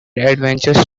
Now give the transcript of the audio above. adventures